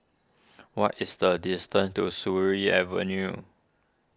what is the distance to Surin Avenue